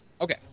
okay